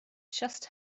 just